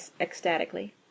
ecstatically